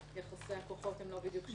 שיחסי הכוחות הם לא בדיוק שווים.